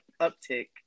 uptick